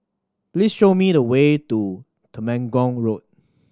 please show me the way to Temenggong Road